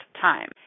time